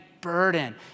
burden